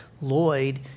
Lloyd